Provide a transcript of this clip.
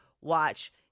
watch